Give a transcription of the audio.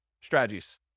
strategies